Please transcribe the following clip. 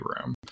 room